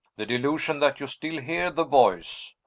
the delusion that you still hear the voice,